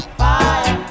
fire